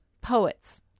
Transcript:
poets